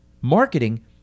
Marketing